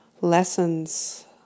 lessons